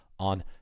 on